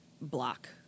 block